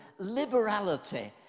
liberality